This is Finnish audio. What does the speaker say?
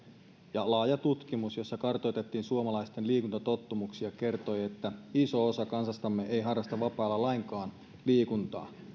ja laaja tutkimus jossa kartoitettiin suomalaisten liikuntatottumuksia kertoi että iso osa kansastamme ei harrasta vapaa ajalla lainkaan liikuntaa